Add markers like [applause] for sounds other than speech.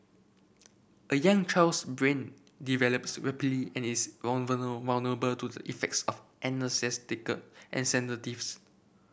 a young child's brain develops rapidly and is [unintelligible] to the effects of [unintelligible] and sedatives